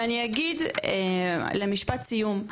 ואני אגיד למשפט סיום,